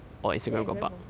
that is very possible though